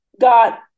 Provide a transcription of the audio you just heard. got